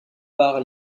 par